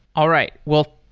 all right. well,